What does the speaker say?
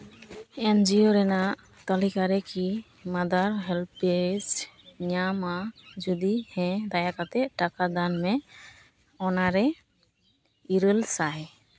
ᱮᱱ ᱡᱤᱭᱳ ᱨᱮᱱᱟᱜ ᱛᱟᱹᱞᱤᱠᱟ ᱨᱮᱠᱤ ᱢᱟᱫᱟᱨ ᱦᱮᱞᱯᱮᱡᱽ ᱧᱟᱢᱚᱜᱼᱟ ᱡᱩᱫᱤ ᱦᱮᱸ ᱫᱟᱭᱟ ᱠᱟᱛᱮᱫ ᱴᱟᱠᱟ ᱫᱟᱱ ᱢᱮ ᱚᱱᱟᱨᱮ ᱤᱨᱟᱹᱞ ᱥᱟᱭ